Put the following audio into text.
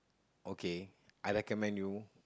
okay I recommend you